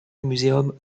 museum